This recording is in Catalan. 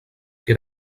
que